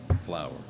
flour